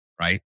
right